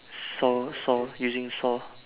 saw saw using saw